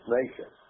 nation